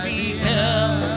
Beheld